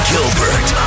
Gilbert